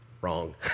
Wrong